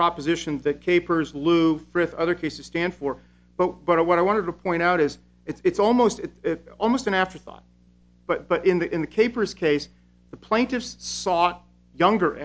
proposition that capers lou frith other cases stand for but but what i want to point out is it's almost it's almost an afterthought but but in the in the capers case the plaintiffs sought younger